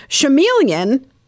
chameleon